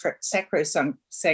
sacrosanct